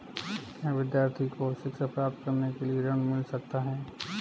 क्या विद्यार्थी को शिक्षा प्राप्त करने के लिए ऋण मिल सकता है?